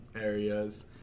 areas